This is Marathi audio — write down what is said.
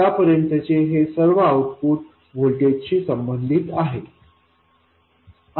आत्तापर्यंतचे हे सर्व आउटपुट व्होल्टेज शी संबंधित आहे